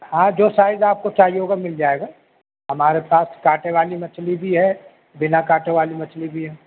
ہاں جو سائز آپ کو چاہیے ہوگا مل جائے گا ہمارے پاس کانٹے والی مچھلی بھی ہے بنا کانٹے والی مچھلی بھی ہے